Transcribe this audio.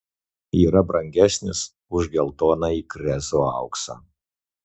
yra brangesnis už geltonąjį krezo auksą